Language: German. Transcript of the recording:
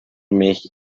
mich